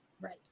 Right